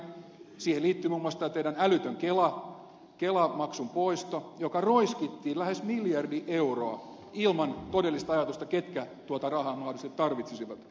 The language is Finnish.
siihen liittyy muun muassa tämä teidän älytön kelamaksun poisto joka roiskittiin lähes miljardi euroa ilman todellista ajatusta siitä ketkä tuota rahaa mahdollisesti tarvitsisivat